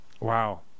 Wow